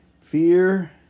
fear